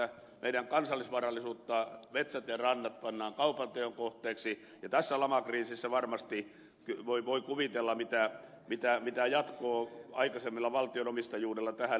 meidän kansallisvarallisuuttamme metsät ja rannat pannaan kaupanteon kohteiksi ja tässä lamakriisissä varmasti voi kuvitella mitä jatkoa aikaisemmalle valtion omistajuudelle tähän liittyy